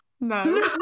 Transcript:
no